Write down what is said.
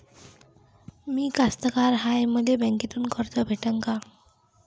मी कास्तकार हाय, मले बँकेतून कर्ज भेटन का?